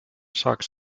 sak